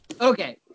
Okay